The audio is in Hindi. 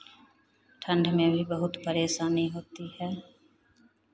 ठंड में भी बहुत परेशानी होती है